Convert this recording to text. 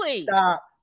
Stop